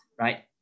right